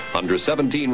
Under-17